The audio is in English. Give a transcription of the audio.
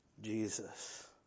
Jesus